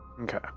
Okay